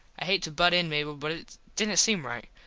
i hate to butt in mable but it didnt seem right.